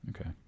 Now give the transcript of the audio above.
okay